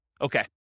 Okay